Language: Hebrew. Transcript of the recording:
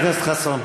חבר הכנסת חסון.